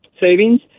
savings